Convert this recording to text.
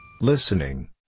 Listening